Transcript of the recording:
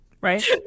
Right